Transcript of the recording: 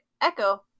Echo